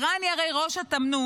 איראן היא הרי ראש התמנון,